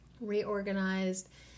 reorganized